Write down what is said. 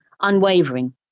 unwavering